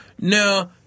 No